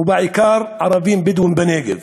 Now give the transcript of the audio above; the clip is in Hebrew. ובעיקר ערבים בדואים בנגב,